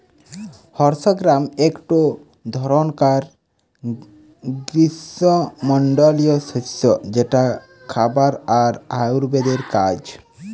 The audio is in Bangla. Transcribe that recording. হর্স গ্রাম একটো ধরণকার গ্রীস্মমন্ডলীয় শস্য যেটা খাবার আর আয়ুর্বেদের কাজ